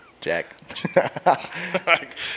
Jack